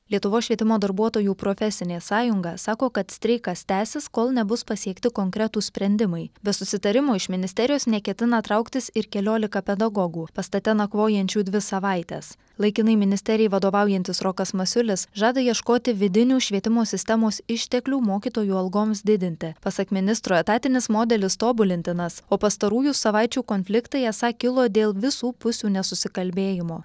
lietuvos švietimo darbuotojų profesinė sąjunga sako kad streikas tęsis kol nebus pasiekti konkretūs sprendimai be susitarimo iš ministerijos neketina trauktis ir keliolika pedagogų pastate nakvojančių dvi savaites laikinai ministerijai vadovaujantis rokas masiulis žada ieškoti vidinių švietimo sistemos išteklių mokytojų algoms didinti pasak ministro etatinis modelis tobulintinas o pastarųjų savaičių konfliktai esą kilo dėl visų pusių nesusikalbėjimo